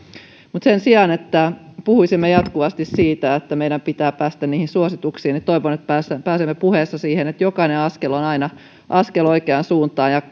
mutta sen sijaan että puhuisimme jatkuvasti siitä että meidän pitäisi päästä niihin suosituksiin toivon että pääsemme puheissa siihen että jokainen askel on aina askel oikeaan suuntaan ja